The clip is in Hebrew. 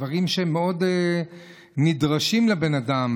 דברים שמאוד נדרשים לבן אדם,